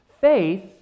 Faith